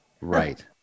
Right